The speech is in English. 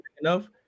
enough